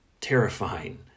terrifying